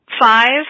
Five